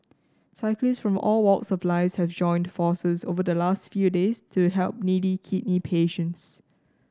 cyclists from all walks of life have joined forces over the last few days to help needy kidney patients